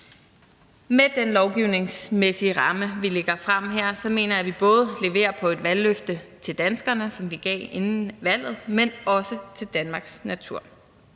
Med den lovgivningsmæssige ramme, vi lægger frem her, mener jeg, at vi leverer på et valgløfte, som vi gav inden valget, både til danskerne,